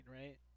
right